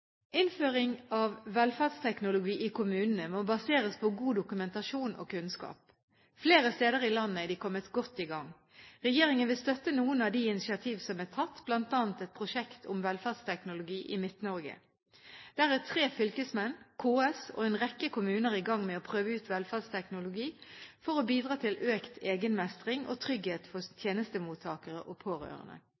Innføring av velferdsteknologi i kommunene må baseres på god dokumentasjon og kunnskap. Flere steder i landet er de kommet godt i gang. Regjeringen vil støtte noen av de initiativ som er tatt, bl.a. et prosjekt om velferdsteknologi i Midt-Norge. Der er tre fylkesmenn, KS og en rekke kommuner i gang med å prøve ut velferdsteknologi for å bidra til økt egenmestring og trygghet for